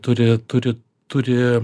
turi turi turi